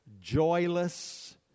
joyless